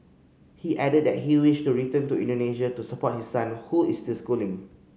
he added that he wished to return to Indonesia to support his son who is still schooling